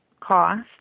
cost